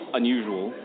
unusual